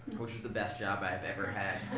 which is the best job i've ever had